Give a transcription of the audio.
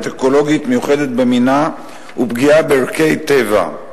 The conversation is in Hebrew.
אקולוגית מיוחדת במינה ולפגיעה בערכי טבע,